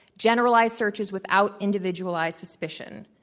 generalized searches without individualized suspicion,